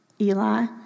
Eli